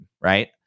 right